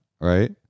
Right